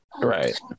right